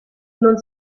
non